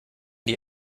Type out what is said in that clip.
die